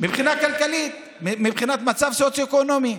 מבחינה כלכלית, מבחינת מצב סוציו-אקונומי.